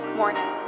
morning